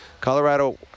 Colorado